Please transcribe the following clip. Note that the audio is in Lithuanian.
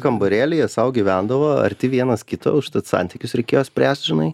kambarėlyje sau gyvendavo arti vienas kito užtat santykius reikėjo spręst žinai